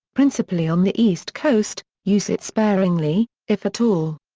principally on the east coast, use it sparingly, if at all.